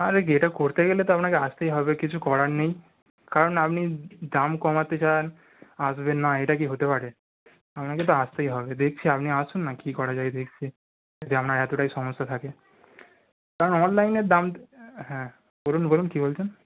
আরে কী এটা করতে গেলে তো আপনাকে আসতেই হবে কিছু করার নেই কারণ আপনি দাম কমাতে চান আসবেন না এটা কি হতে পারে আপনাকে তো আসতেই হবে দেখছি আপনি আসুন না কী করা যায় দেখছি যদি আপনার এতোটাই সমস্যা থাকে না না অনলাইনের দাম হ্যাঁ বলুন বলুন কী বলছেন